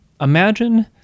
Imagine